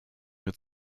mir